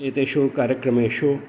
एतेषु कार्यक्रमेषु